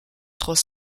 trois